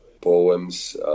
poems